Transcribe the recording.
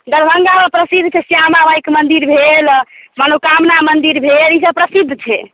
दरभंगामे प्रसिद्ध छै श्यामा मायके मन्दिर भेल मनोकामना मन्दिर भेल ईसभ प्रसिद्ध छै